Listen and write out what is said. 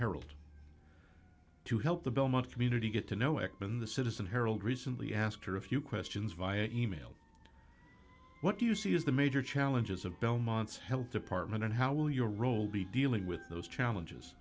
herald to help the belmont community get to know ekman the citizen herald recently ask her a few questions via email what do you see as the major challenges of belmont's health department and how will your role be dealing with those challenges